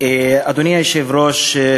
אדוני היושב-ראש,